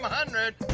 but hundred.